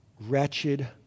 Wretched